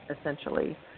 essentially